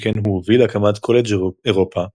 שכן הוא הוביל להקמת קולג' אירופה,